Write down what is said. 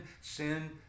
Sin